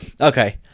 Okay